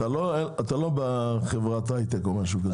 אתה לא בחברת היי-טק או משהו כזה.